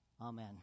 Amen